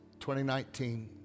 2019